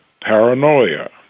Paranoia